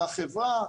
לחברה,